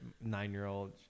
nine-year-old